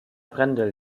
brendel